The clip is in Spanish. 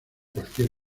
cualquier